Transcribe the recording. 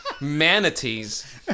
manatees